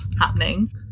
happening